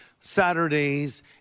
Saturdays